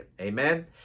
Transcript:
Amen